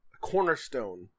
cornerstone